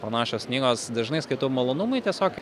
panašios knygos dažnai skaitau malonumui tiesiog